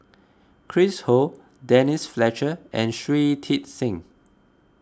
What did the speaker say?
Chris Ho Denise Fletcher and Shui Tit Sing